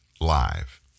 Live